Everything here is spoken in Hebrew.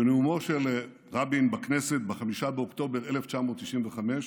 בנאומו של רבין בכנסת ב-5 באוקטובר 1995,